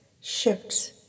shifts